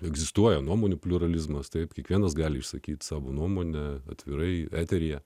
egzistuoja nuomonių pliuralizmas taip kiekvienas gali išsakyti savo nuomonę atvirai eteryje